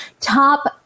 top